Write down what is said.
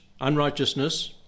unrighteousness